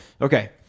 Okay